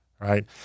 right